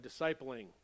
discipling